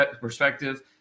perspective